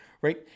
right